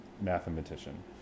mathematician